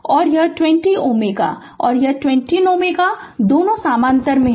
Refer Slide Time 3100 और यह 20 Ω और यह 20 Ω दोनों समानांतर में हैं